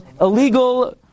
illegal